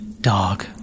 dog